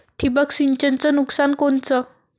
ठिबक सिंचनचं नुकसान कोनचं?